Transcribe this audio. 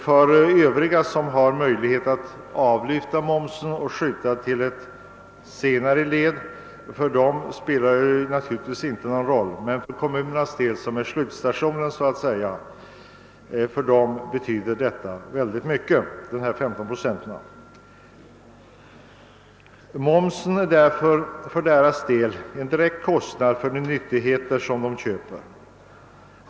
För övriga som har möjlighet att avlyfta momsen och uppskjuta den till ett senare led spelar det naturligtvis inte någon roll, men för kommunerna, som utgör slutstationen, betyder detta mycket. Momsen utgör därför för deras del en direkt kostnad för de nyttigheter de köper.